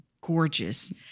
gorgeous